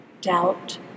doubt